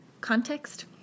context